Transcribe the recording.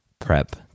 prep